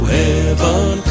heaven